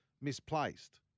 misplaced